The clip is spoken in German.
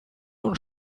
und